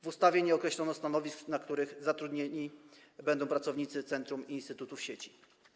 W ustawie nie określono stanowisk, na których zatrudnieni będą pracownicy centrum i instytutów sieci.